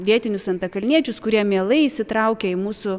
vietinius antakalniečius kurie mielai įsitraukia į mūsų